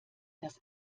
das